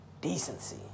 decency